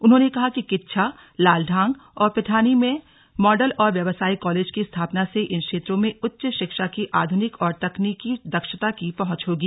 उन्होंने कहा कि किच्छा लालढांग और पैठाणी में मॉडल और व्यावसायिक कॉलेजों की स्थापना से इन क्षेत्रों में उच्च शिक्षा की आध्निक और तकनीकि दक्षता की पहुंच होगी